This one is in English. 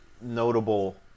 notable